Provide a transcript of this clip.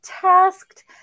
tasked